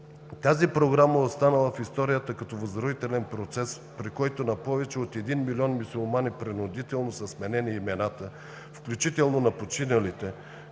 Тази програма остава в историята като „възродителен процес“, при който на повече от един милион мюсюлмани принудително са сменени имената, включително на починалите,